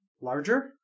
larger